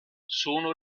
sono